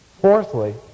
Fourthly